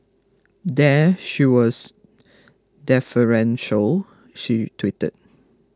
there she was deferential she tweeted